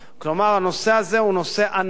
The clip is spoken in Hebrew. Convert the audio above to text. כלומר, הנושא הזה הוא נושא ענק,